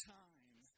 time